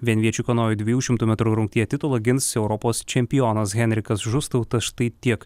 vienviečių kanojų dviejų šimtų metrų rungtyje titulą gins europos čempionas henrikas žustauta štai tiek